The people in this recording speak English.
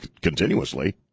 continuously